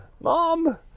mom